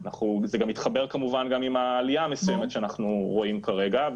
זה מתחבר כמובן גם עם העלייה המסוימת שאנחנו רואים כרגע.